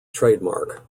trademark